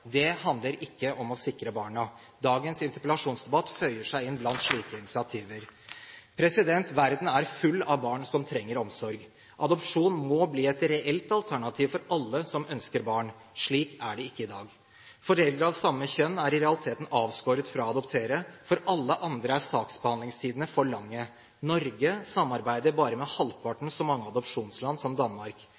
Det handler ikke om å sikre barna. Dagens interpellasjonsdebatt føyer seg inn blant slike initiativ. Verden er full av barn som trenger omsorg. Adopsjon må bli et reelt alternativ for alle som ønsker barn. Slik er det ikke i dag. Foreldre av samme kjønn er i realiteten avskåret fra å adoptere. For alle andre er saksbehandlingstiden for lang. Norge samarbeider bare med halvparten så mange adopsjonsland som Danmark.